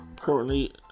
currently